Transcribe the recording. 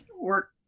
work